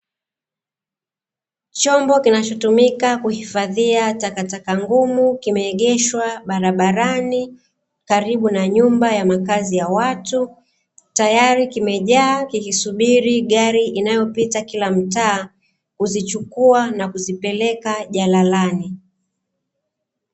Chombo kinachotumika kuhifadhia takataka ngumu kimeegeshwa barabarani karibu na nyumba ya makazi ya watu, tayari kimejaa kikisubiri gari inalopita kila mtaa kuzichukua na kuzipeleka jalalani.